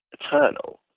eternal